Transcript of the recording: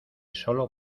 sólo